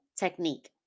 technique